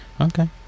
okay